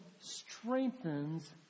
strengthens